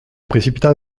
précipita